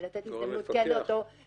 ולתת הזדמנות --- גורם מפקח?